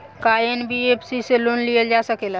का एन.बी.एफ.सी से लोन लियल जा सकेला?